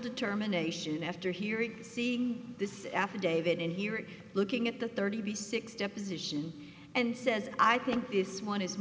determination after hearing seeing this affidavit and hearing looking at the thirty six deposition and says i think this one is